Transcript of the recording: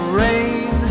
rain